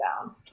down